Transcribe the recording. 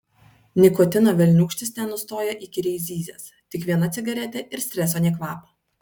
nikotino velniūkštis nenustoja įkyriai zyzęs tik viena cigaretė ir streso nė kvapo